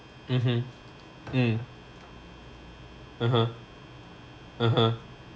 mmhmm mm (uh huh) (uh huh)